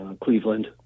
Cleveland